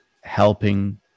helping